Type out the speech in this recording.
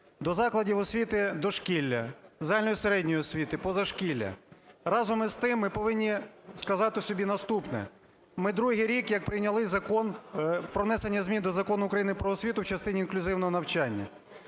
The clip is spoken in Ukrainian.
До закладів освіти дошкілля, загальної середньої освіти, позашкілля. Разом з тим ми повинні сказати собі наступне. Ми другий рік, як прийняли Закон "Про внесення змін до Закону України "Про освіту" в частині інклюзивного навчання.